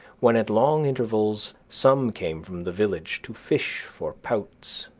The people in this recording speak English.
when at long intervals some came from the village to fish for pouts